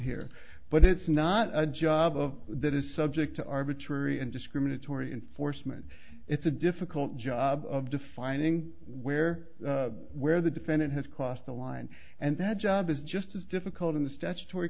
here but it's not a job of that is subject to arbitrary and discriminatory enforcement it's a difficult job of defining where where the defendant has crossed the line and that job is just as difficult in the statutory